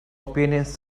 opinions